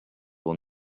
will